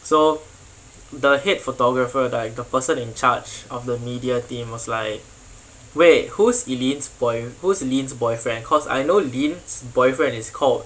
so the head photographer like the person in charge of the media team was like wait who's eileen's boy who's lynn's boyfriend cause I know lynn's boyfriend is called